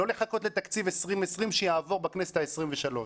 לא לחכות לתקציב 2020 שיעבור בכנסת ה-23.